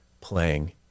playing